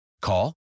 Call